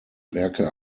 werke